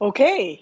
Okay